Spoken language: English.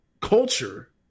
culture